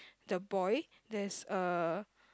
the boy there's a